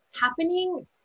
happening